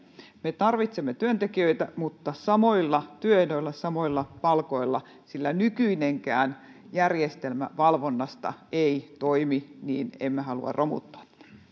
me tarvitsemme työntekijöitä mutta samoilla työehdoilla ja samoilla palkoilla koska nykyinenkään järjestelmä valvonnasta ei toimi niin emme halua romuttaa tätä